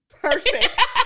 Perfect